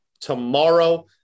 tomorrow